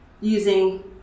using